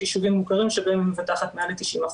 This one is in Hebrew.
ישובים מוכרים שבהם היא מבטחת מעל ל-90%.